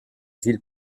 ville